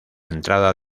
entrada